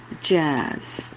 Jazz